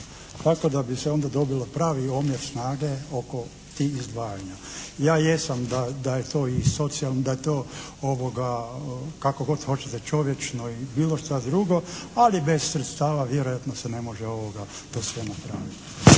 tako da bi se onda dobio pravi omjer snage oko tih izdvajanja. Ja jesam da je to kako god hoćete čovječno ili bilo šta drugo, ali bez sredstava vjerojatno se ne može to sve napraviti.